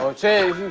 ah cham